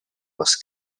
was